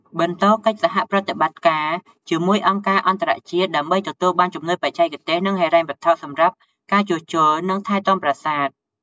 បន្តកិច្ចសហប្រតិបត្តិការជាមួយអង្គការអន្តរជាតិ ដើម្បីទទួលបានជំនួយបច្ចេកទេស និងហិរញ្ញវត្ថុសម្រាប់ការជួសជុល និងថែទាំប្រាសាទ។